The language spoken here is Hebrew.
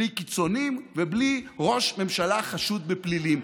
בלי קיצוניים ובלי ראש ממשלה חשוד בפלילים.